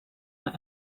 een